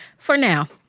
for now,